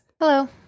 Hello